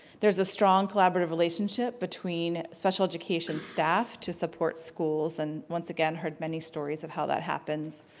there is a strong collaborative relationship between special education staff to support schools, and once again heard many stories of how that happens.